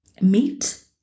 Meat